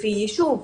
לפי יישוב?